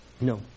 No